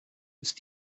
ist